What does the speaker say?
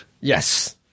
yes